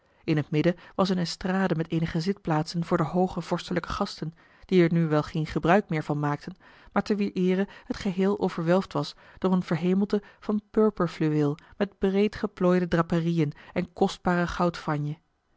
in het midden was eene estrade met eenige zitplaatsen voor de hooge vorstelijke gasten die er nu wel geen gebruik meer van maakten maar te wier eere het geheel overwelfd was door een verhemelte van purperfluweel met breed geplooide draperieën en kostbare goudfranje